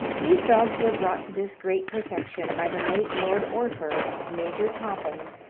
these dogs were brought to this great perfection by the late lord orford, major topham,